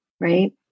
right